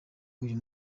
uyu